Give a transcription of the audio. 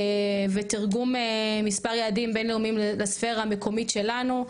ותרגום מספר יעדים בין-לאומיים לספרה המקומית שלנו.